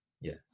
Yes